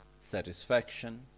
satisfaction